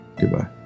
Goodbye